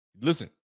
listen